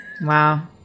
Wow